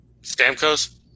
Stamkos